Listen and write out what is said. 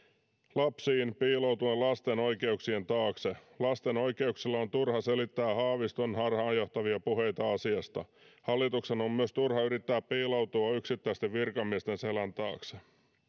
lapsiin piiloutuen lasten oikeuksien taakse lasten oikeuksilla on turha selittää haaviston harhaanjohtavia puheita asiasta hallituksen on myös turha yrittää piiloutua yksittäisten virkamiesten selän taakse